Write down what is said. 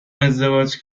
ازدواج